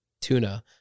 tuna